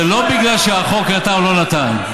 זה לא בגלל שהחוק נתן או לא נתן.